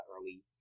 early